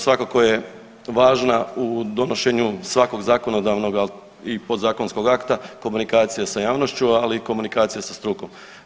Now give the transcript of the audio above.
Svakako je važna u donošenju svakog zakonodavnog i podzakonskog akta komunikacija sa javnošću ali i komunikacija sa strukom.